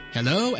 Hello